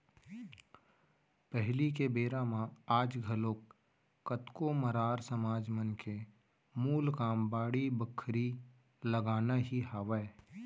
पहिली के बेरा म आज घलोक कतको मरार समाज मन के मूल काम बाड़ी बखरी लगाना ही हावय